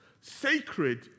sacred